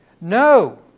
No